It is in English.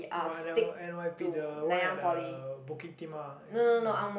one n_y_p the one at uh Bukit-Timah is it no